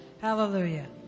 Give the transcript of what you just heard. hallelujah